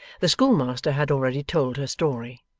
the schoolmaster had already told her story.